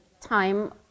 time